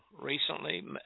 recently